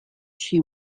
she